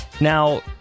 Now